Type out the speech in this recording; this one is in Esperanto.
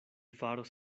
faros